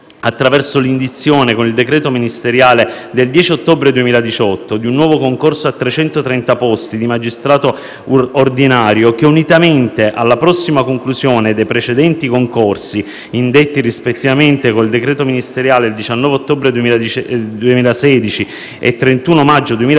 attraverso l'indizione, con il decreto ministeriale del 10 ottobre 2018, di un nuovo concorso a 330 posti di magistrato ordinario che, unitamente alla prossima conclusione dei precedenti concorsi indetti rispettivamente con il decreto ministeriale del 19 ottobre 2016 e del 31 maggio 2017,